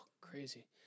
crazy